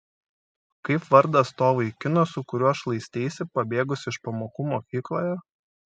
kaip vardas to vaikino su kuriuo šlaisteisi pabėgusi iš pamokų mokykloje